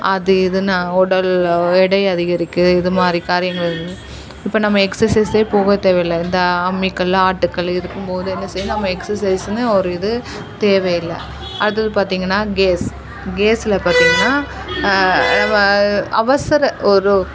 அது இதுன்னு உடல் எடை அதிகரிக்குது இது மாதிரி காரியங்கள் இப்போ நம்ம எக்ஸர்சைஸே போகத் தேவையில்ல இந்த அம்மிக்கல் ஆட்டுக்கல் இருக்கும் போது என்ன செய்யணும் நம்ம எக்ஸர்சைஸுன்னு ஒரு இது தேவையில்லை அது பார்த்தீங்கன்னா கேஸ் கேஸில் பார்த்தீங்கன்னா நம்ம அவசர ஒரு